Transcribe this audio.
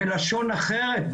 בלשון אחרת,